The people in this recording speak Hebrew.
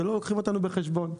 ולא לוקחים אותנו בחשבון.